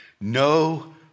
No